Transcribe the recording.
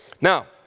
Now